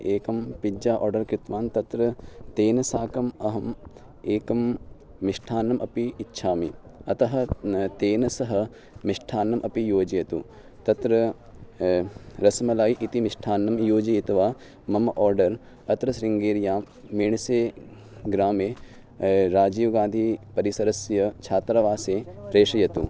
एकं pizza order कृत्वान् तत्र तेन साकम् अहम् एकं मिष्ठान्नम् अपि इच्छामि अतः तेन सह मिष्ठान्नम् अपि योजयतु तत्र रस्मलाय् इति मिष्ठान्नं योजयित्वा आ मम आर्डर् अत्र शृङ्गेर्यां मेणसे ग्रामे राजीव्गान्धि परिसरस्य छात्रावासं प्रेषयतु